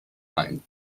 ein